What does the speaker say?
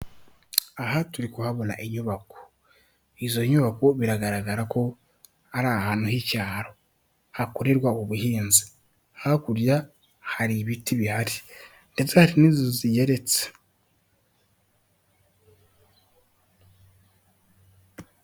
Aha turi kuhabona inyubako, izo nyubako biragaragara ko ari ahantu h'icyaro, hakorerwa ubuhinzi, hakurya hari ibiti bihari ndete hari n'inzu zigeretse.